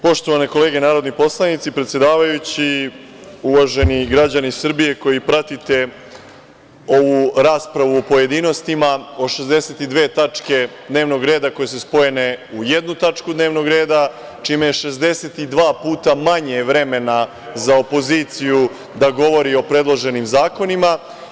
Poštovane kolege narodni poslanici, predsedavajući, uvaženi građani Srbije koji pratite ovu raspravu u pojedinostima od 62 tačke dnevnog reda koje su spojene u jednu tačku dnevnog reda, čime je 62 puta manje vremena za opoziciju da govori o predloženim zakonima.